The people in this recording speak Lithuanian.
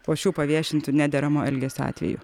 po šių paviešintų nederamo elgesio atvejų